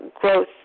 growth